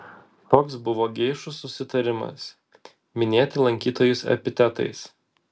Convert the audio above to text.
toks buvo geišų susitarimas minėti lankytojus epitetais